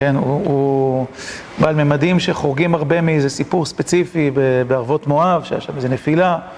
הוא בעל ממדים שחורגים הרבה מאיזה סיפור ספציפי בערבות מואב, שהיה שם איזו נפילה.